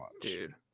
Dude